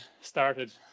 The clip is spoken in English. started